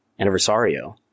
Anniversario